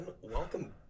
Welcome